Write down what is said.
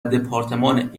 دپارتمان